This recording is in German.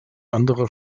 anderer